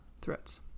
threats